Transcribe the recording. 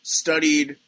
studied